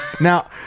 Now